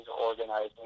organizing